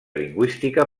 lingüística